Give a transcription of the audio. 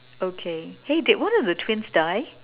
okay eh did one of the twins die